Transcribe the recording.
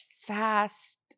fast